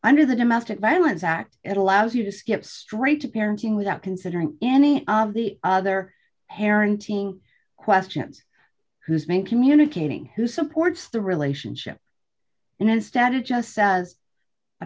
under the domestic violence act it allows you to skip straight to parenting without considering any of the other parenting questions whose main communicating who supports the relationship instead of just as